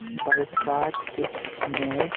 बरसातमे